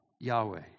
Yahweh